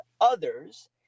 others